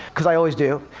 because i always do.